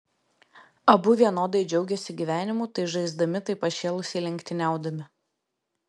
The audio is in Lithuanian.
abu vienodai džiaugėsi gyvenimu tai žaisdami tai pašėlusiai lenktyniaudami